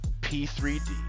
P3D